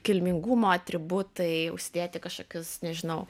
kilmingumo atributai užsidėti kažkokius nežinau